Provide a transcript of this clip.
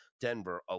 Denver